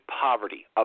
poverty